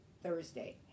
Thursday